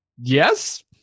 yes